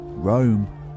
Rome